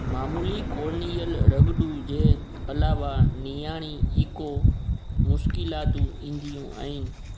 मामूली कॉर्नियल रग॒ड़ जे अलावा नियारी ई को मुश्किलातू ईंदियूं आहिनि